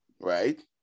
right